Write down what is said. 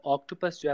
Octopus